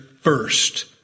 first